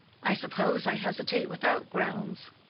i suppose i hesitate without grounds.